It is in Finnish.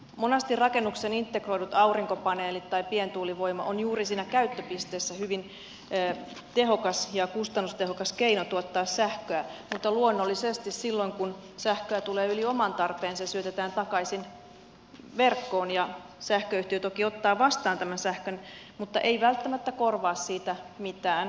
monasti rakennukseen integroidut aurinkopaneelit tai pientuulivoima ovat juuri siinä käyttöpisteessä hyvin tehokas ja kustannustehokas keino tuottaa sähköä mutta luonnollisesti silloin kun sähköä tulee yli oman tarpeen se syötetään takaisin verkkoon ja sähköyhtiö toki ottaa vastaan tämän sähkön mutta ei välttämättä korvaa siitä mitään